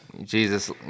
Jesus